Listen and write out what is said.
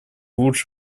лучше